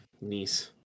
Nice